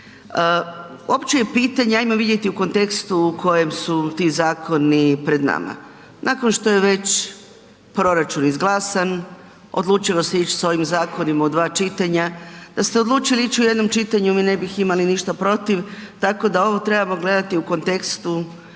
Opće je pitanje, ajmo vidjeti u kontekstu u kojem su ti zakoni pred nama. Nakon što je već proračun izglasan, odlučilo se ić s ovim zakonima u dva čitanja, da ste odlučili ić u jednom čitanju mi ne bih imali ništa protiv, tako da ovo trebamo gledati u kontekstu